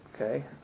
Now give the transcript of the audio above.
okay